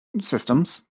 systems